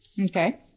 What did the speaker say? okay